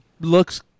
looks